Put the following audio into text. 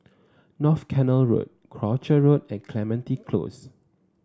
North Canal Road Croucher Road and Clementi Close